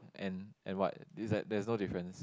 and and what is like there's no difference